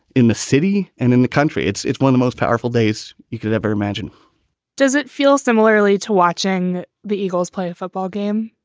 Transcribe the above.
in the city and in the country. it's it's one the most powerful days you could ever imagine does it feel similarly to watching the eagles play a football game?